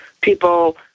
people